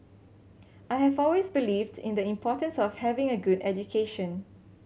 I have always believed in the importance of having a good education